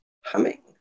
humming